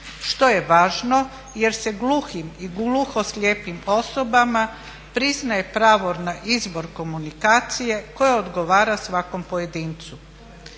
što je važno jer se gluhim i gluhoslijepim osobama priznaje pravo na izbor komunikacije koja odgovara svakom pojedincu.